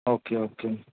okay okay